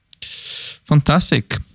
fantastic